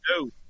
No